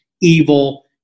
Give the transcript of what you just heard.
evil